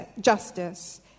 justice